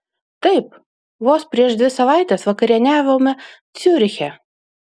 taip vos prieš dvi savaites vakarieniavome ciuriche